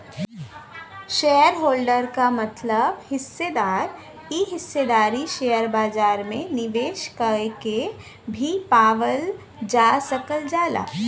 shareholder क मतलब हिस्सेदार इ हिस्सेदारी शेयर बाजार में निवेश कइके भी पावल जा सकल जाला